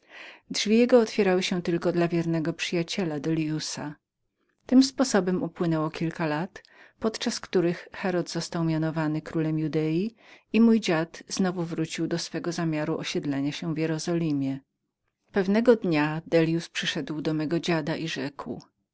drzwi jego otwierały się tylko dla wiernego przyjaciela delliusa tym sposobem upłynęło kilka lat podczas których herod został mianowany królem judei i mój dziad znowu wrócił do swego zamiaru osiedlenia się w jerozolimie pewnego dnia dellius przyszedł do mego dziada i rzekł